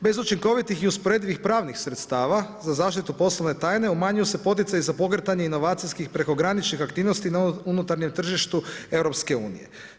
Bez učinkovitih i usporedivih pravnih sredstava za zaštitu poslovne tajne umanjuje se poticaj za pokretanje inovacijskih prekograničnih aktivnosti na unutarnjem tržištu Europske unije.